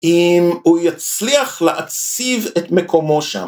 אם הוא יצליח להציב את מקומו שם.